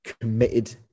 committed